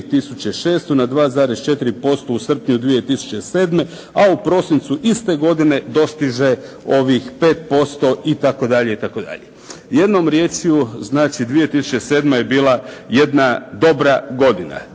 na 2.4% u srpnju 2007. a u prosincu iste godine postiže ovih 5% itd., itd.. Jednom riječju znači 2007. je bila jedna dobra godina.